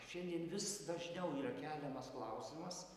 šiandien vis dažniau yra keliamas klausimas